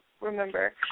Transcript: remember